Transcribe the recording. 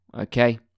Okay